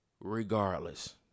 regardless